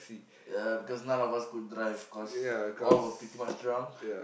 ya because none of us could drive cause all were pretty much drunk